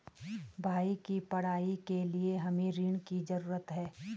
भाई की पढ़ाई के लिए हमे ऋण की जरूरत है